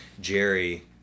Jerry